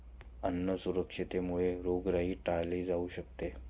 अन्न सुरक्षेमुळे रोगराई टाळली जाऊ शकते